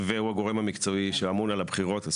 והוא הגורם המקצועי שאמון על הבחירות.